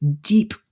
deep